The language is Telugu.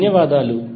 ధన్యవాదాలు